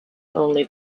only